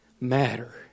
matter